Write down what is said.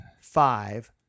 five